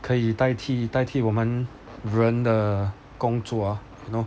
可以代替代替我们人的工作 you know